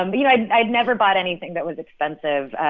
um you know, i'd i'd never bought anything that was expensive.